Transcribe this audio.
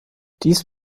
dies